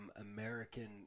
American